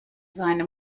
seine